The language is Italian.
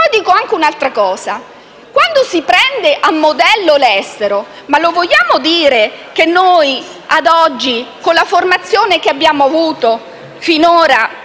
Dico anche un'altra cosa. Ma quando si prende a modello l'estero, vogliamo piuttosto dire che noi, ad oggi, con la formazione che abbiamo avuto finora,